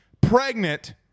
pregnant